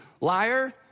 Liar